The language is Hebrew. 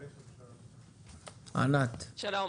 שלום,